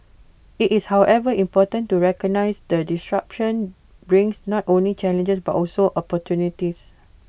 IT is however important to recognise that disruption brings not only challenges but also opportunities